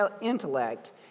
intellect